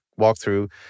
walkthrough